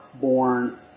born